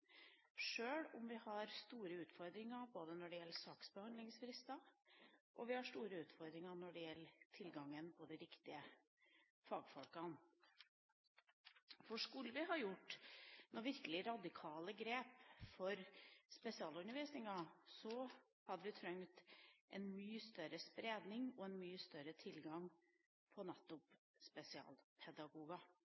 sjøl om vi har store utfordringer når det gjelder både saksbehandlingsfrister og tilgangen på de riktige fagfolkene. For skulle vi gjort virkelig radikale grep for spesialundervisninga, hadde vi trengt en mye større spredning og en mye større tilgang på